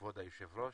כבוד היושב ראש,